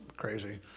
crazy